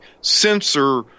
censor